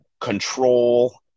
control